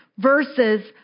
Versus